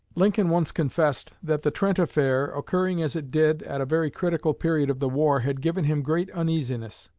lincoln once confessed that the trent affair, occurring as it did at a very critical period of the war, had given him great uneasiness.